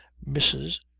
mrs,